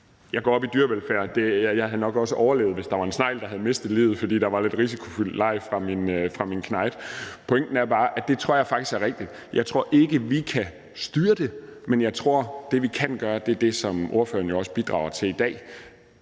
jeg går op i dyrevelfærd, men jeg havde nok også overlevet, hvis der var en snegl, der havde mistet livet, fordi der var lidt risikofyldt leg fra min knejt. Pointen er bare, at det tror jeg faktisk er rigtigt. Jeg tror ikke, vi kan styre det, men jeg tror, at det, vi kan gøre, er det, ordføreren bidrager til i dag,